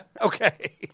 Okay